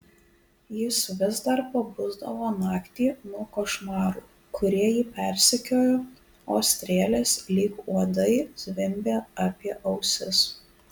jis vis dar pabusdavo naktį nuo košmarų kurie jį persekiojo o strėlės lyg uodai zvimbė apie ausis